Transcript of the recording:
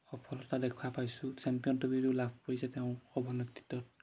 সফলতা দেখা পাইছো চেম্পিয়ন ট্ৰফিও লাভ কৰিছে তেওঁৰ সফল নেতৃত্বত